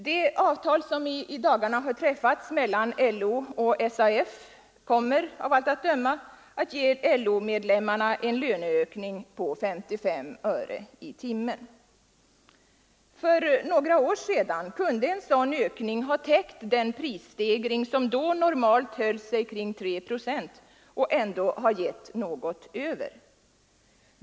Det avtal som i dagarna har träffats mellan LO och SAF kommer av allt att döma att ge LO-medlemmarna en löneökning på 55 öre i timmen. För några år sedan kunde en sådan ökning ha täckt prisstegringen, som då normalt höll sig kring 3 procent, och ändå ha givit något över.